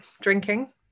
drinking